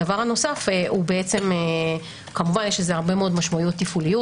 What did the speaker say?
הדבר הנוסף - כמובן יש לזה הרבה מאוד משמעויות תפעוליות